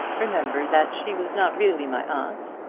remember that she was not really my aunt.